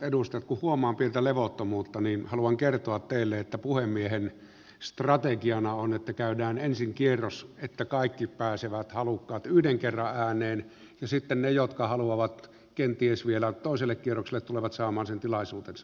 kun huomaan pientä levottomuutta niin haluan kertoa teille että puhemiehen strategiana on että käydään ensin kierros että kaikki halukkaat pääsevät yhden kerran ääneen ja sitten ne jotka haluavat kenties vielä toiselle kierrokselle tulevat saamaan sen tilaisuutensa myöhemmin